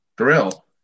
Thrill